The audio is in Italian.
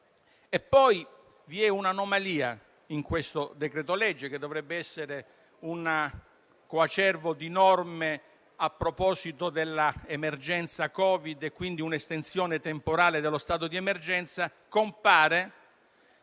è poi un'anomalia in questo decreto-legge, che dovrebbe essere un coacervo di norme a proposito dell'emergenza Covid-19 e un'estensione temporale dello stato di emergenza: compare